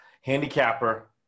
handicapper